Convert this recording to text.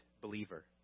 believer